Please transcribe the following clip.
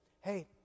Hey